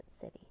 city